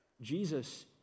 Jesus